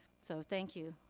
so thank you,